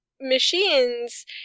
machines